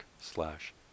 slash